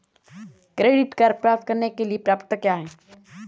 Credit card प्राप्त करने की पात्रता क्या है?